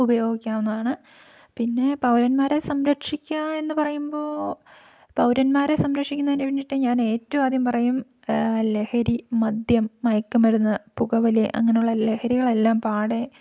ഉപയോഗിക്കാവുന്നതാണ് പിന്നെ പൗരന്മാരെ സംരക്ഷിക്കുക എന്നു പറയുമ്പോള് പൗരന്മാരെ സംരക്ഷിക്കുന്നതിനു വേണ്ടിയിട്ട് ഞാനേറ്റവുമാദ്യം പറയും ലഹരി മദ്യം മയക്കുമരുന്ന് പുകവലി അങ്ങനെയുള്ള ലഹരികളെല്ലാം പാടെ